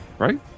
Right